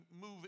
move